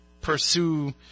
pursue